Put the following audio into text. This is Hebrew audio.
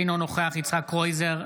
אינו נוכח יצחק קרויזר,